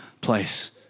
place